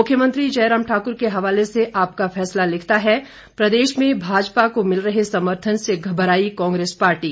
मुख्यमंत्री जयराम ठाकुर के हवाले से आपका फैसला लिखता है प्रदेश में भाजपा को मिल रहे समर्थन से घबराई कांग्रेस पार्टी